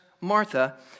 Martha